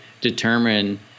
determine